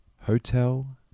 Hotel